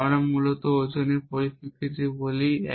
আমরা মূলত ওজনের পরিপ্রেক্ষিতে বলে থাকি